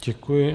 Děkuji.